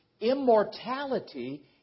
immortality